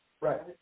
right